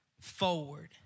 forward